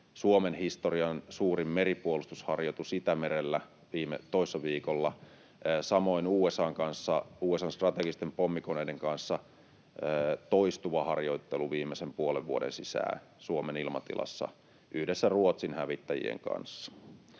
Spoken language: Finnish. Suomen historian suurin meripuolustusharjoitus Itämerellä toissa viikolla, samoin USA:n kanssa USA:n strategisten pommikoneiden kanssa toistuva harjoittelu viimeisen puolen vuoden sisään Suomen ilmatilassa yhdessä Ruotsin hävittäjien kanssa.